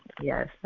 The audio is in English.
Yes